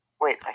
Wait